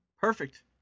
Perfect